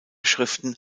schriften